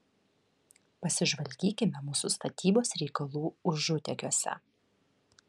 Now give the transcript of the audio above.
pasižvalgykime mūsų statybos reikalų užutėkiuose